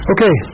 Okay